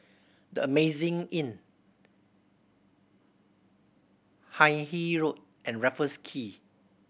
The Amazing Inn Hindhede Road and Raffles Quay